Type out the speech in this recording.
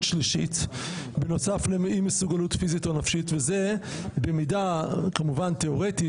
שלישית בנוסף לאי מסוגלות פיזית או נפשית וזה במידה כמובן תיאורטית,